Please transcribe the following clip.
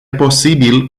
posibil